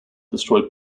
destroyed